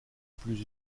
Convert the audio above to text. plus